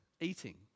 eating